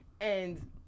And-